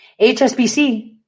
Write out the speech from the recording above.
HSBC